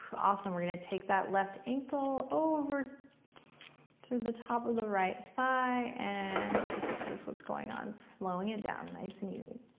awesome, we're gonna take that left ankle over to the top of the right thigh and we just notice what's going on. slowing it down, nice and easy.